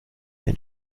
wenn